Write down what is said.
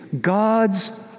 God's